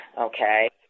Okay